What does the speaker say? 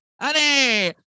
honey